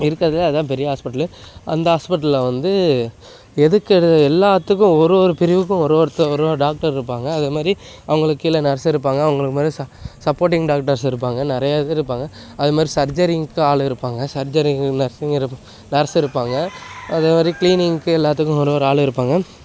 இருக்கிறதுலேயே அதான் பெரிய ஹாஸ்பிட்டலு அந்த ஹாஸ்பிட்டலில் வந்து எதுக்கு எது எல்லாத்துக்கும் ஒரு ஒரு பிரிவுக்கும் ஒரு ஒருத்தவரு டாக்டர் இருப்பாங்க அதே மாதிரி அவங்களுக்கு கீழ நர்ஸ் இருப்பாங்க அவங்களுக்கு மாதிரி ச சப்போர்ட்டிங் டாக்டர்ஸ் இருப்பாங்க நிறைய இது இருப்பாங்க அது மாதிரி சர்ஜரிங்க்கு ஆள் இருப்பாங்க சர்ஜரிங்கு நர்ஸிங்கு இருப் நர்ஸ் இருப்பாங்க அதே மாதிரி க்ளீனிங்க்கு எல்லாத்துக்கும் ஒரு ஒரு ஆள் இருப்பாங்க